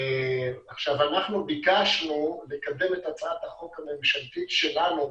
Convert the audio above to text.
אנחנו ביקשנו לקדם את הצעת החוק הממשלתית שלנו,